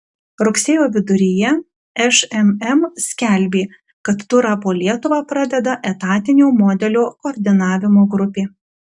rugsėjo viduryje šmm skelbė kad turą po lietuvą pradeda etatinio modelio koordinavimo grupė